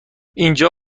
اینجا